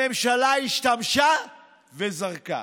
הממשלה השתמשה וזרקה.